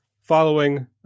following